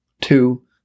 Two